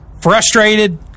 frustrated